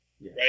right